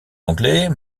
anglais